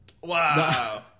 Wow